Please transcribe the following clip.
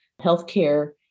healthcare